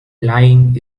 lying